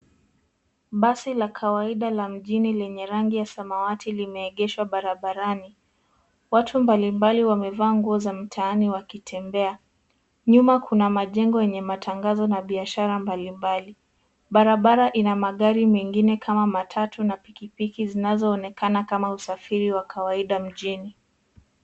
Basi la kawaida la mjini lenye rangi ya samawati limeegeshwa barabarani. Watu mbalimbali wamevaa nguo za mtaani wakitembea. Nyuma kuna majengo yenye matangazo na biashara mbalimbali. Barabara ina magari mengine kama matatu na pikipiki zinazooneka kama usafiri wa kawaida mjini.